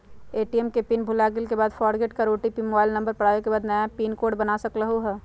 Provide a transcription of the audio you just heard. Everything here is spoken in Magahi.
ए.टी.एम के पिन भुलागेल के बाद फोरगेट कर ओ.टी.पी मोबाइल नंबर पर आवे के बाद नया पिन कोड बना सकलहु ह?